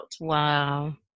Wow